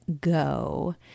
go